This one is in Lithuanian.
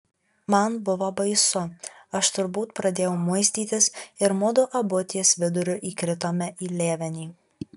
man buvo baisu aš turbūt pradėjau muistytis ir mudu abu ties viduriu įkritome į lėvenį